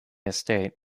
estate